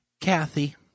Kathy